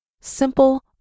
simple